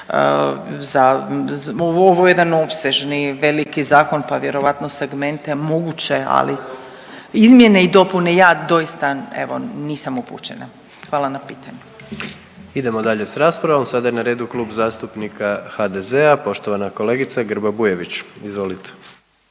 ovo je jedan opsežni, veliki zakon pa vjerojatno segmente moguće, ali …/Upadica se ne razumije./… izmjene i dopune ja doista evo nisam upućena. Hvala na pitanju. **Jandroković, Gordan (HDZ)** Idemo dalje s raspravom. Sada je na redu klub zastupnika HDZ-a, poštovana kolegica Grba Bujević. Izvolite.